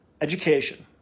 education